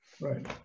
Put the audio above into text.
right